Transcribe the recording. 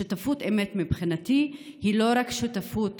שותפות אמת מבחינתי היא לא רק שותפות